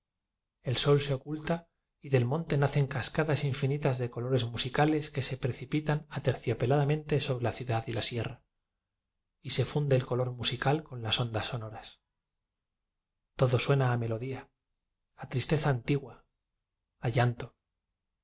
el sol se oculta y del mon te nacen cascadas infinitas de colores mu sicales que se precipitan aterciopeladamente sobre la ciudad y la sierra y se funde el color musical con las ondas sonoras todo suena a melodía a tristeza antigua a llanto